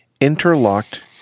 interlocked